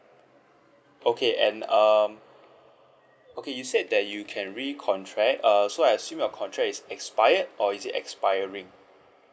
okay and um okay you said that you can recontract err so I assume your contract is expired or is it expiring